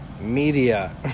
media